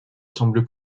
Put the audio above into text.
semble